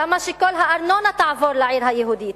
למה שכל הארנונה תעבור לעיר היהודית?